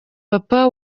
papa